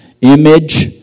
image